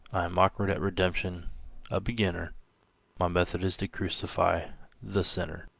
i'm awkward at redemption a beginner my method is to crucify the sinner.